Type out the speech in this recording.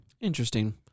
Interesting